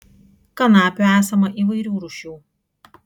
kanapių esama įvairių rūšių